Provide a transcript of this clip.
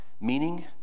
Meaning